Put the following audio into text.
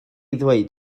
ddweud